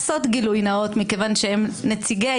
מכובעם כנציגי